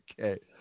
okay